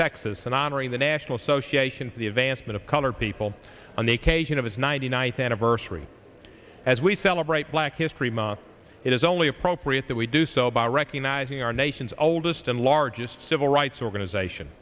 texas and honorary the national association for the advancement of colored people on the occasion of his ninety ninth anniversary as we celebrate black history month it is only appropriate that we do so by recognizing our nation's oldest and largest civil rights organization